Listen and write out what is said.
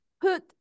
put